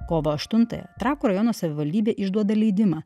kovo aštuntąją trakų rajono savivaldybė išduoda leidimą